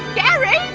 gary?